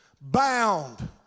bound